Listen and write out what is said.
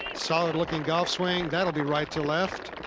solid-looking golf swing. that'll be right to left.